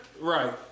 Right